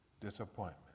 disappointment